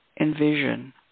envision